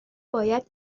باید